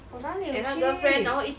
我哪里有去